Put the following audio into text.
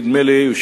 נדמה לי,